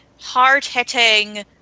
hard-hitting